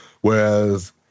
Whereas